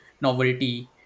novelty